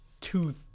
two